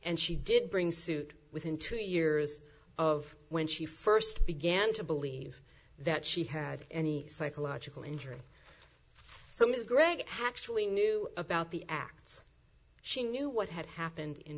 and she did bring suit within two years of when she first began to believe that she had any psychological injury so ms gregg had actually knew about the acts she knew what had happened in